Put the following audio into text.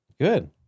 good